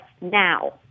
now